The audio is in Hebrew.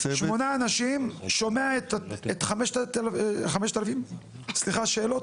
שמונה אנשים, שומע את 5,000 שאלות?